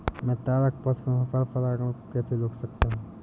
मैं तारक पुष्प में पर परागण को कैसे रोक सकता हूँ?